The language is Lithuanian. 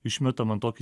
išmeta man tokį